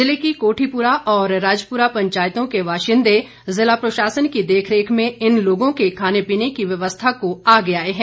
जिले की कोठीपुरा और राजपुरा पंचायतों के वाशिंदे जिला प्रशासन की देख रेख में इन लोगों के खाने पीने की व्यवस्था को आगे आये हैं